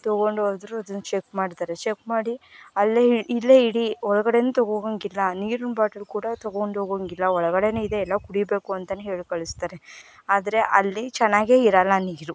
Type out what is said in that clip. ತೊಗೊಂಡು ಹೋದರೂ ಅದನ್ನು ಚೆಕ್ ಮಾಡ್ತಾರೆ ಚೆಕ್ ಮಾಡಿ ಅಲ್ಲೇ ಇಲ್ಲೇ ಇಡಿ ಒಳಗಡೆ ಏನೂ ತಗೋ ಹೋಗೋಂಗಿಲ್ಲ ನೀರಿನ ಬಾಟಲ್ ಕೂಡ ತಗೊಂಡು ಹೋಗೋಂಗಿಲ್ಲ ಒಳ್ಗಡೆಯೇ ಇದೆ ಎಲ್ಲ ಕುಡಿಬೇಕು ಅಂತಾ ಹೇಳಿ ಕಳಿಸ್ತಾರೆ ಆದರೆ ಅಲ್ಲಿ ಚೆನ್ನಾಗಿ ಇರೋಲ್ಲ ನೀರು